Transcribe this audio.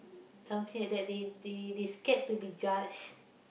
some fear that they they they scared to be judged